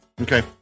Okay